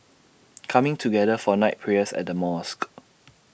coming together for night prayers at the mosque